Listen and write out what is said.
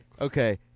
okay